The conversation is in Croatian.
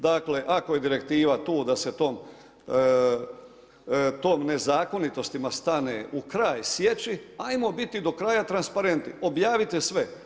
Dakle, ako je direktiva tu da se tim nezakonitostima stane u kraj sjeći hajmo biti do kraja transparentni objavite sve.